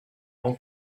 all